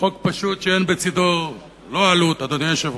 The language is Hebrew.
חוק פשוט שאין בצדו לא עלות, אדוני היושב-ראש,